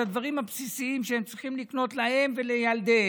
הדברים הבסיסיים שהם צריכים לקנות להם ולילדיהם